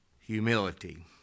Humility